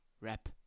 rap